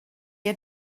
had